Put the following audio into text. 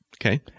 Okay